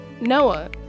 Noah